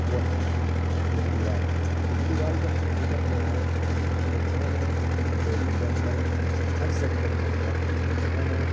وہ ہیں کیجریوال کیجریوال جب حکومت میں آئے تو انہوں نے دہلی کے اندر ہر سیکٹر کے اندر انہوں نے